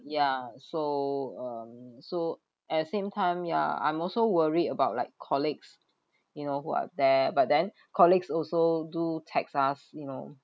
ya so um so at the same time ya I'm also worried about like colleagues you know who are there but then colleagues also do text us you know